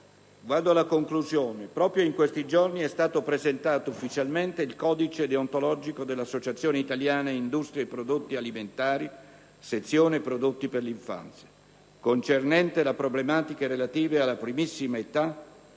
per l'infanzia". Proprio in questi ultimi giorni è stato presentato ufficialmente il "Codice deontologico dell'Associazione italiana industria e prodotti alimentari (AIIPA), sezione prodotti per l'infanzia" concernente le problematiche relative alla primissima età,